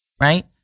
right